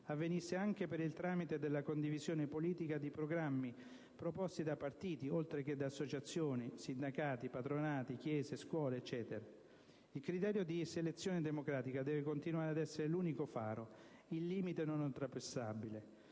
avvenisse anche per il tramite della condivisione politica di programmi proposti da partiti, oltre che da associazioni, sindacati, patronati, chiese, scuole e così via. II criterio di selezione democratica deve continuare ad essere l'unico faro, il limite non oltrepassabile.